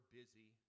busy